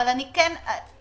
אבל אני כן מציעה